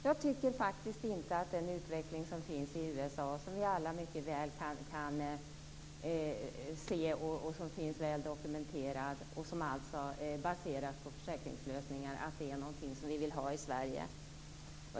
Jag tycker inte att den utveckling som finns i USA - som vi alla kan se och som är väl dokumenterad - och som är baserad på försäkringslösningar är någonting som vi vill ha i Sverige.